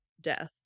death